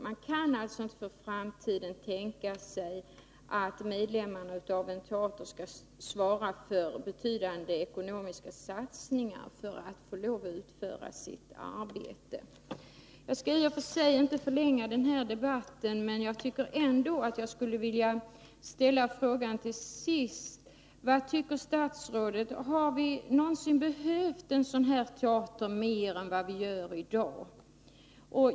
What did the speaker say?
Man kan alltså inte för framtiden tänka sig att medlemmarna i en teater skall svara för betydande ekonomiska satsningar för att få lov att utföra sitt arbete. Jag skalli och för sig inte förlänga denna debatt, men jag skulle ändå till sist vilja ställa frågan: Tycker statsrådet att vi någonsin har behövt en sådan här teater mer än vi gör i dag?